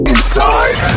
Inside